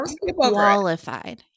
qualified